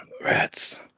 Rats